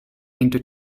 into